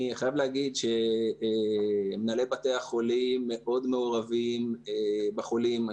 אני חייב להגיד שמנהלי בתי החולים מאוד מעורבים בחולים.